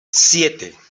siete